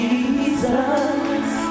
Jesus